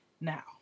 now